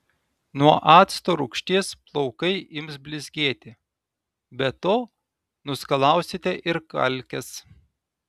nuo acto rūgšties plaukai ims blizgėti be to nuskalausite ir kalkes